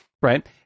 right